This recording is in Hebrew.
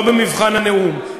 לא במבחן הנאום.